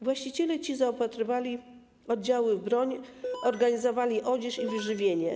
Właściciele ci zaopatrywali oddziały w broń, organizowali odzież i wyżywienie.